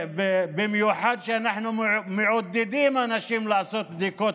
במיוחד כשאנחנו מעודדים אנשים לעשות בדיקות